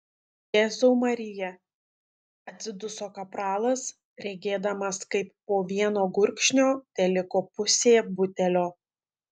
jėzau marija atsiduso kapralas regėdamas kaip po vieno gurkšnio teliko pusė butelio